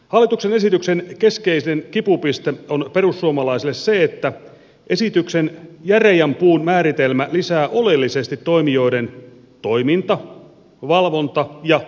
hallituksen esityksen keskeinen kipupiste on perussuomalaisille se että esityksen järeän puun määritelmä lisää oleellisesti toimijoiden toiminta valvonta ja hallintokuluja